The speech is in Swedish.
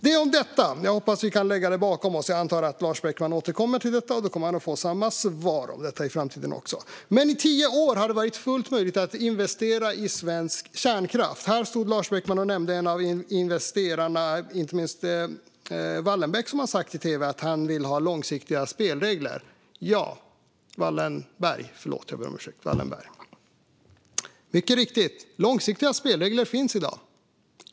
Det om detta! Jag hoppas att vi kan lägga det bakom oss. Jag antar att Lars Beckman återkommer till detta. Han kommer att få samma svar även i framtiden. I tio år har det varit fullt möjligt att investera i svensk kärnkraft. Lars Beckman stod här och nämnde en av investerarna, Wallenberg, som har sagt i tv att han vill ha långsiktiga spelregler. Mycket riktigt - långsiktiga spelregler finns i dag.